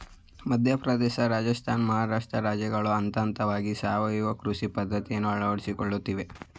ಮಧ್ಯಪ್ರದೇಶ, ರಾಜಸ್ಥಾನ, ಮಹಾರಾಷ್ಟ್ರ ರಾಜ್ಯಗಳು ಹಂತಹಂತವಾಗಿ ಸಾವಯವ ಕೃಷಿ ಪದ್ಧತಿಯನ್ನು ಅಳವಡಿಸಿಕೊಳ್ಳುತ್ತಿವೆ